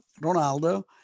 Ronaldo